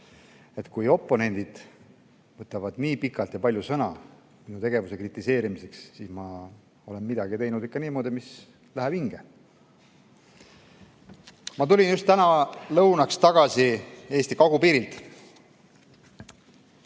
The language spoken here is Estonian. Kui oponendid võtavad nii pikalt ja palju sõna minu tegevuse kritiseerimiseks, siis ma olen midagi teinud ikka niimoodi, et see läheb hinge. Ma tulin just täna lõunaks tagasi Eesti kagupiirilt.